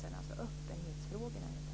Det gäller helt enkelt öppenhetsfrågorna.